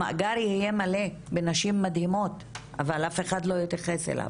המאגר יהיה מלא בנשים מדהימות אבל אף אחד לא יתייחס אליו.